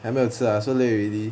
还没有吃 ah so late already